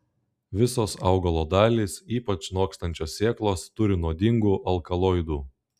visos augalo dalys ypač nokstančios sėklos turi nuodingų alkaloidų